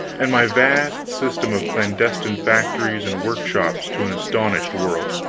and my vast system of clandestine factories and workshops to an astonished world.